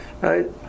Right